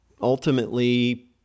ultimately